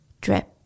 drip